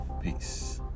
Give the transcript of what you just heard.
Peace